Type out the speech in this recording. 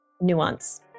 Nuance